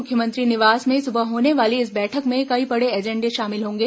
मुख्यमंत्री निवास में सुबह होने वाली इस बैठक में कई बड़े एजेंडे शामिल होंगे